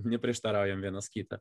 neprieštaraujam vienas kitą